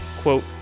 quote